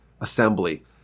assembly